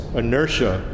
inertia